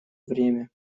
время